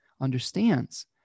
understands